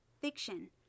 fiction